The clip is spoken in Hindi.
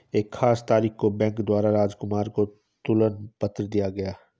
एक खास तारीख को बैंक द्वारा राजकुमार को तुलन पत्र दिया गया